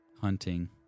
hunting